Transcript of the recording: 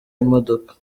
imodoka